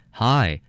hi